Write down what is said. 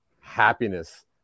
happiness